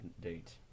date